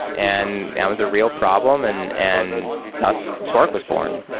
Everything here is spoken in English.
and and was a real problem, and and thus spark was born.